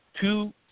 two